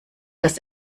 das